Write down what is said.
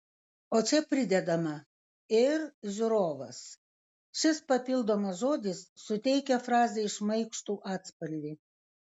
o čia pridedama ir žiūrovas šis papildomas žodis suteikia frazei šmaikštų atspalvį